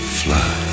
fly